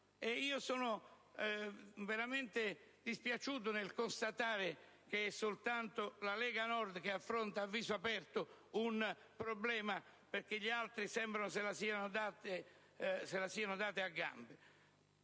- sono veramente dispiaciuto nel constatare che soltanto la Lega Nord affronti a viso aperto un problema, perché gli altri sembra se la siano data a gambe